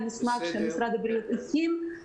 משרד החינוך על המסמך שמשרד הבריאות הכין.